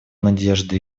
надежду